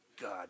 God